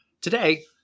Today